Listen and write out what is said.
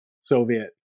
Soviet